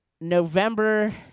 November